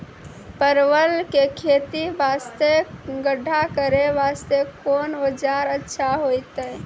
परवल के खेती वास्ते गड्ढा करे वास्ते कोंन औजार अच्छा होइतै?